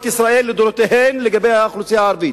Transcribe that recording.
ישראל לדורותיהן לגבי האוכלוסייה הערבית.